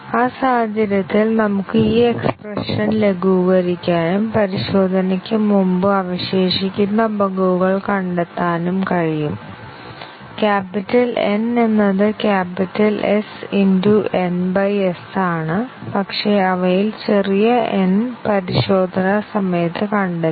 ആ സാഹചര്യത്തിൽ നമുക്ക് ഈ എക്സ്പ്രെഷൻ ലഘൂകരിക്കാനും പരിശോധനയ്ക്ക് മുമ്പ് അവശേഷിക്കുന്ന ബഗുകൾ കണ്ടെത്താനും കഴിയും ക്യാപിറ്റൽ N എന്നത് ക്യാപിറ്റൽ S n s ആണ് പക്ഷേ അവയിൽ ചെറിയ n പരിശോധന സമയത്ത് കണ്ടെത്തി